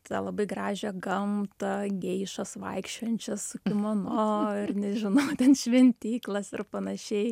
tą labai gražią gamtą geišas vaikščiojančias su kimono ir nežinau ten šventyklas ir panašiai